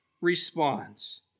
responds